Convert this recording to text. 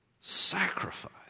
Sacrifice